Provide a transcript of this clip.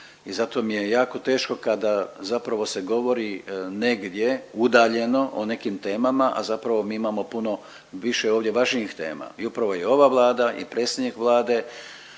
I zato mi je jako teško kada zapravo se govori negdje udaljeno o nekim temama, a zapravo mi imamo puno više ovdje važnijih tema i upravo je ova Vlada i predsjednik Vlade